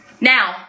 Now